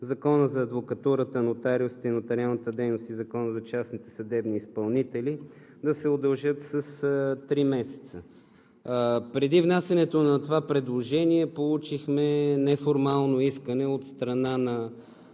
Закона за адвокатурата, нотариусите и нотариалната дейност и Закона за частните съдебни изпълнители да се удължат с три месеца. Преди внасянето на това предложение, получихме неформално искане от страна на